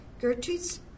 Gertrude's